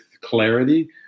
clarity